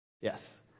Yes